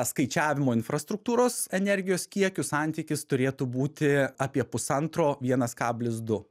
skaičiavimo infrastruktūros energijos kiekiu santykis turėtų būti apie pusantro vienas kablis du